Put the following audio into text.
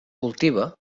cultiva